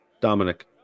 Dominic